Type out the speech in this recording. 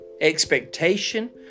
expectation